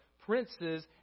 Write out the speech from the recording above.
princes